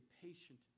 patient